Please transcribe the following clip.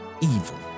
evil